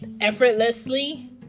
effortlessly